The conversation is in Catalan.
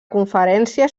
conferència